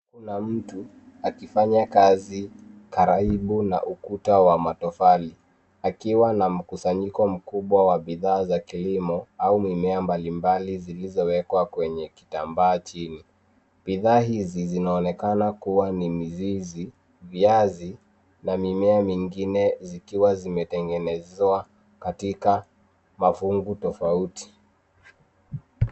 Kuna mtu akifanya kazi karibu na ukuta wa matofali, akiwa na mkusanyiko mkubwa wa bidhaa za kilimo au mimea mbalimbali zilizowekwa kwenye kitambaa chini. Bidhaa hizi zinaonekana kuwa ni mizizi, viazi na mimea mingine, zikiwa zimetengenezwa au kupangwa katika mafungu tofauti.